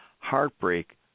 heartbreak